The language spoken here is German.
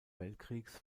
weltkriegs